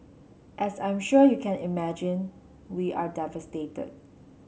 as I'm sure you can imagine we are devastated